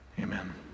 Amen